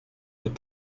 with